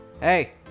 Hey